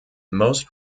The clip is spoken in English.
most